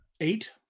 Eight